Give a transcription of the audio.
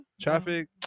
traffic